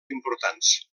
importants